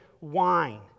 wine